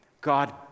God